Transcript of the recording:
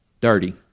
dirty